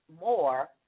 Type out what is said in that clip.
more